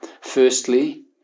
Firstly